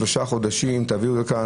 שלושה חודשים תביאו לכאן,